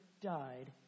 died